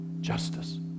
justice